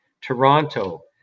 Toronto